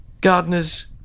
gardeners